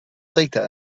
data